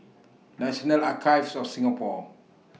National Archives of Singapore